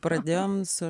pradėjome su